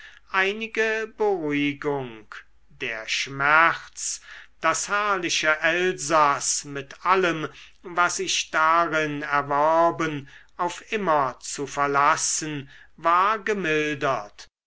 einige beruhigung der schmerz das herrliche elsaß mit allem was ich darin erworben auf immer zu verlassen war gemildert